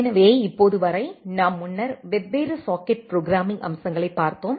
எனவே இப்போது வரை நாம் முன்னர் வெவ்வேறு சாக்கெட் ப்ரோக்ராம்மிங் அம்சங்களைப் பார்த்தோம்